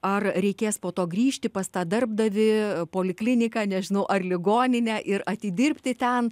ar reikės po to grįžti pas tą darbdavį polikliniką nežinau ar ligoninę ir atidirbti ten